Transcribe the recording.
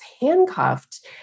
handcuffed